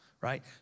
right